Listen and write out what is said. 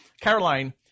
Caroline